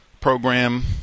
program